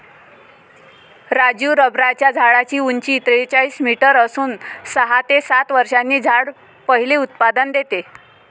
राजू रबराच्या झाडाची उंची त्रेचाळीस मीटर असून सहा ते सात वर्षांनी झाड पहिले उत्पादन देते